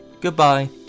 goodbye